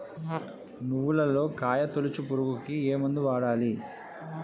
నువ్వులలో కాయ తోలుచు పురుగుకి ఏ మందు వాడాలి?